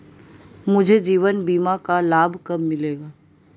मुझे जीवन बीमा का लाभ कब मिलेगा?